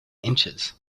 inches